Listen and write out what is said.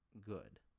Good